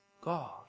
God